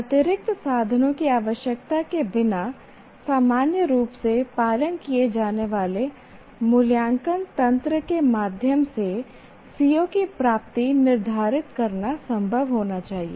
अतिरिक्त साधनों की आवश्यकता के बिना सामान्य रूप से पालन किए जाने वाले मूल्यांकन तंत्र के माध्यम से CO की प्राप्ति निर्धारित करना संभव होना चाहिए